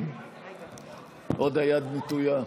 עוד היד נטויה.